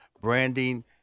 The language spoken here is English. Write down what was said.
branding